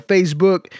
Facebook